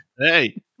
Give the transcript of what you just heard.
Hey